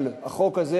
אבל החוק הזה,